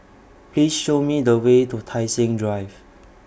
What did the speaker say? Please Show Me The Way to Tai Seng Drive